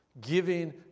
Giving